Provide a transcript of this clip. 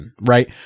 right